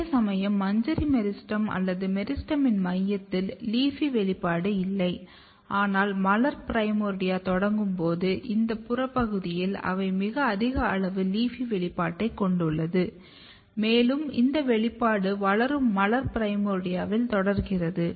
அதேசமயம் மஞ்சரி மெரிஸ்டெம் அல்லது மெரிஸ்டெமின் மையத்தில் LEAFY வெளிப்பாடு இல்லை ஆனால் மலர் பிரைமோர்டியா தொடங்கும் போது இந்த புறப் பகுதியில் அவை மிக அதிக அளவு LEAFY வெளிப்பாட்டைக் கொண்டுள்ளது மேலும் இந்த வெளிப்பாடு வளரும் மலர் பிரைமோர்டியாவில் தொடர்கிறது